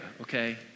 okay